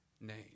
name